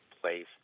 place